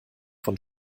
von